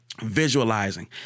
visualizing